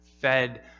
fed